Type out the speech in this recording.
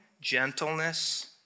gentleness